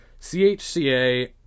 CHCA